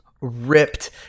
ripped